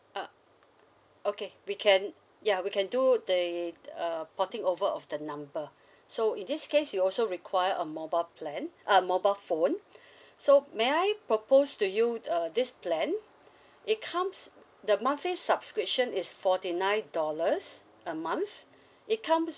uh okay we can ya we can do the th~ uh porting over of the number so in this case you also require a mobile plan a mobile phone so may I propose to you uh this plan it comes the monthly subscription is forty nine dollars a month it comes